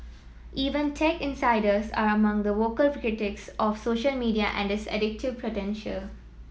even tech insiders are among the vocal critics of social media and its addictive potential